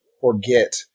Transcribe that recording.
forget